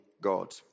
God